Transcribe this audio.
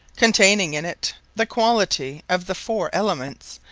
containing in it the quality of the foure elements,